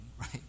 right